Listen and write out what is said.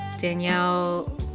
Danielle